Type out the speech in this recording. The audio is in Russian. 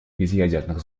безъядерных